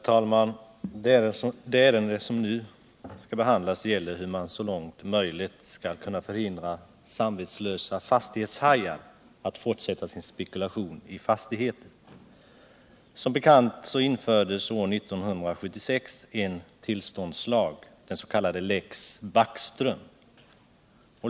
Herr talman! Det ärende som nu skall behandlas gäller hur man så långt möjligt skall kunna hindra samvetslösa fastighetshajar att fortsätta sina spekulationer i fastigheter. Som bekant infördes år 1976 en tillståndslag, den s.k. Lex Backström.